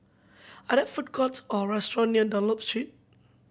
are there food courts or restaurant near Dunlop Street